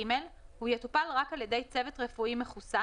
(ג)הוא יטופל רק על ידי צוות רפואי מחוסן